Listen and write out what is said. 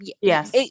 Yes